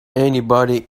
anybody